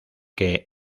que